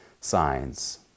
signs